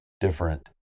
different